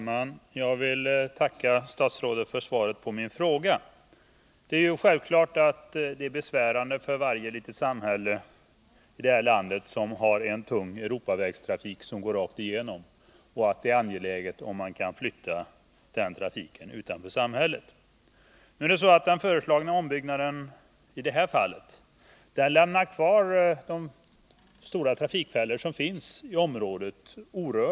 Herr talman! Jag vill tacka statsrådet för svaret på min fråga. Det är självklart att det är besvärande för varje litet samhälle i vårt land med en tung Europavägstrafik som går rakt igenom och att det är angeläget att kunna flytta den trafiken utanför samhället. Den föreslagna ombyggnaden i detta fall lämnar kvar orörda de stora trafikfällor som finns i området.